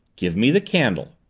give me the candle.